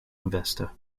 investor